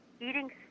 eating